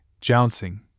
jouncing